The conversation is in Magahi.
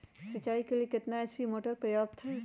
सिंचाई के लिए कितना एच.पी मोटर पर्याप्त है?